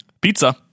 pizza